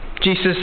Jesus